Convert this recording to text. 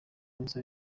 iminsi